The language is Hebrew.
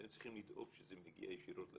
אתם צריכים לדאוג שזה מגיע ישירות לתלמידים.